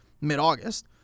mid-August